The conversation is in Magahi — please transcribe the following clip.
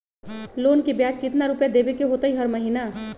लोन के ब्याज कितना रुपैया देबे के होतइ हर महिना?